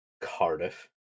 Cardiff